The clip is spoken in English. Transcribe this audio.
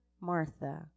Martha